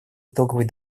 итоговый